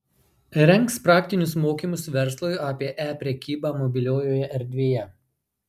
rengs praktinius mokymus verslui apie e prekybą mobiliojoje erdvėje